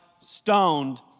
stoned